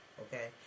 okay